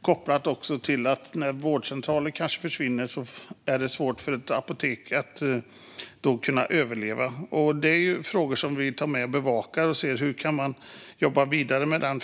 kopplat till att vårdcentraler försvunnit, för då är det svårt för apotek att överleva. Detta är frågor som vi bevakar för att se hur man kan jobba vidare.